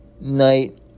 night